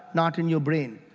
not in your brain.